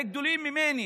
הרי גדולים ממני